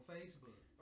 Facebook